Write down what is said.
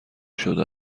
شده